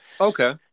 okay